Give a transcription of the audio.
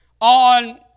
on